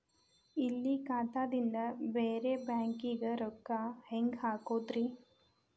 ಇಲ್ಲಿ ಖಾತಾದಿಂದ ಬೇರೆ ಬ್ಯಾಂಕಿಗೆ ರೊಕ್ಕ ಹೆಂಗ್ ಹಾಕೋದ್ರಿ?